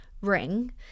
ring